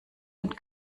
und